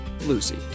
Lucy